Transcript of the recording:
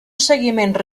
seguiment